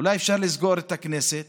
אולי אפשר לסגור את הכנסת